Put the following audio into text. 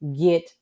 get